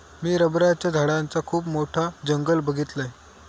मी रबराच्या झाडांचा खुप मोठा जंगल बघीतलय